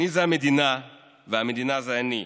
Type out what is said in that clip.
אני זה המדינה והמדינה זה אני,